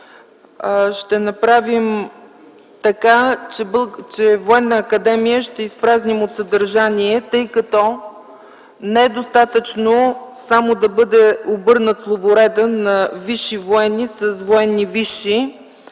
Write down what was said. ще направим така, че Военната академия ще я изпразним от съдържание, тъй като не е достатъчно само да бъде обърнат словоредът на „военни висши”